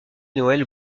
noëlle